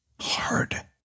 hard